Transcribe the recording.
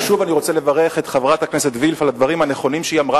ושוב אני רוצה לברך את חברת הכנסת וילף על הדברים הנכונים שהיא אמרה,